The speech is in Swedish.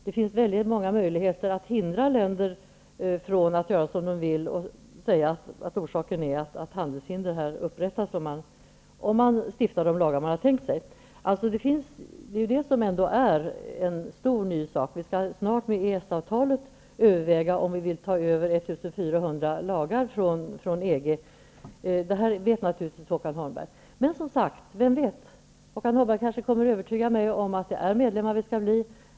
Det finns väldigt många möjligheter att hindra länder från att göra som de vill med hänvisning till att handelshinder upprättas, om ett land stiftar de lagar man tänkt sig. Det är detta som är någonting stort och nytt. Vi skall snart i samband med EES avtalet överväga om vi vill ta över 1 400 lagar från Men, vem vet -- Håkan Holmberg kanske kommer att kunna övertyga mig om att det är medlemmar vi skall bli.